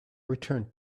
returned